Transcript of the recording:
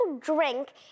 drink